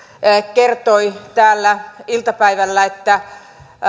kertoi täällä iltapäivällä että